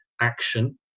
action